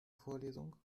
vorlesung